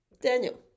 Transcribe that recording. Daniel